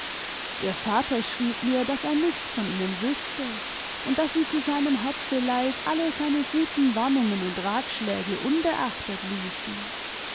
ihr vater schrieb mir daß er nichts von ihnen wüßte imd daß sie zu seinem herzeleid alle seine guten wamimgen und ratschläge unbeachtet ließen